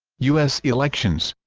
u s. elections